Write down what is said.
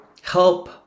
help